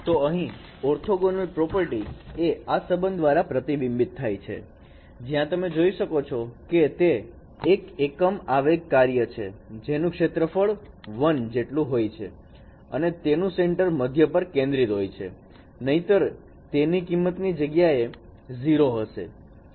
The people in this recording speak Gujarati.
તો ઓર્થોગોનલ પ્રોપર્ટીએ આ સંબંધ દ્વારા પ્રતિબિંબિત થાય છે જ્યાં તમે જોઈ શકો છો કે તે 􀀀 એકમ આવેગ કાર્ય છે જેનું ક્ષેત્રફળ 1 જેટલું હોય છે અને તેનું સેન્ટર મધ્ય પર કેન્દ્રિત હોય છે નહીંતર 􀀀 ની કિંમત દરેક જગ્યાએ 0 હશે